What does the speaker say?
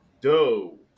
Doe